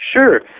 Sure